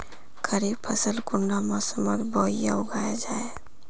खरीफ फसल कुंडा मोसमोत बोई या उगाहा जाहा?